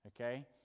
Okay